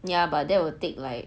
ya but that will take like